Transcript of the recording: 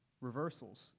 reversals